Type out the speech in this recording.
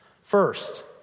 First